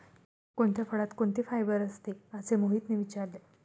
कोणत्या फळात कोणते फायबर असते? असे मोहितने विचारले